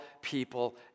people